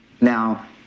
Now